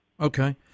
Okay